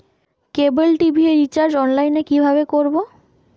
কেবল TV recharge online এ কিভাবে করব?